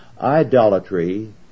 Idolatry